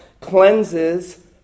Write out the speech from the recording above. cleanses